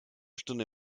stunde